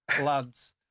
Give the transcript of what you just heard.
lads